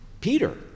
peter